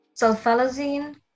sulfalazine